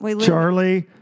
Charlie